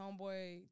homeboy